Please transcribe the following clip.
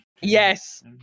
Yes